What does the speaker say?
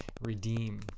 redeem